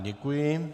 Děkuji.